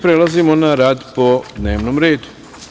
Prelazimo na rad po dnevnom redu.